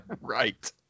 Right